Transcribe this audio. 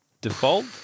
default